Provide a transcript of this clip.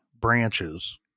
branches